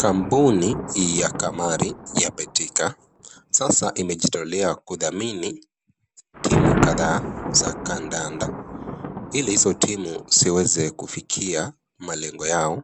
Kampuni ya kamari ya Betika sasa imejitolea kudhamini timu kadhaa za kadada ili hizo timu ziweze kufikia malengo yao